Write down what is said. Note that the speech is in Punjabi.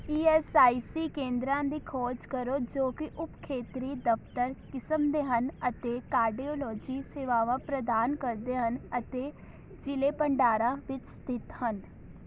ਈ ਐੱਸ ਆਈ ਸੀ ਕੇਂਦਰਾਂ ਦੀ ਖੋਜ ਕਰੋ ਜੋ ਕਿ ਉਪ ਖੇਤਰੀ ਦਫ਼ਤਰ ਕਿਸਮ ਦੇ ਹਨ ਅਤੇ ਕਾਰਡੀਓਲੋਜੀ ਸੇਵਾਵਾਂ ਪ੍ਰਦਾਨ ਕਰਦੇ ਹਨ ਅਤੇ ਜ਼ਿਲ੍ਹੇ ਪੰਡਾਰਾ ਵਿੱਚ ਸਥਿਤ ਹਨ